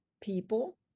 people